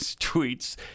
tweets